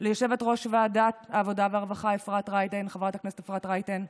ליושבת-ראש ועדת העבודה והרווחה חברת הכנסת אפרת רייטן,